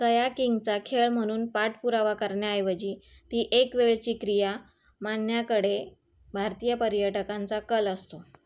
कयाकिंगचा खेळ म्हनून पाठपुरावा करण्याऐवजी ती एक वेळची क्रिया मानण्याकडे भारतीय पर्यटकांचा कल असतो